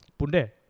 Punde